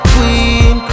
Queen